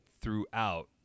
throughout